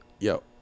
yo